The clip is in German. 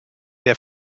der